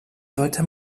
sollte